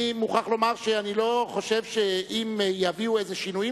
אני מוכרח לומר שאני לא חושב שאם יביאו שינויים